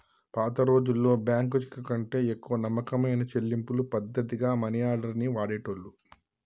పాతరోజుల్లో బ్యేంకు చెక్కుకంటే ఎక్కువ నమ్మకమైన చెల్లింపు పద్ధతిగా మనియార్డర్ ని వాడేటోళ్ళు